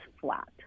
flat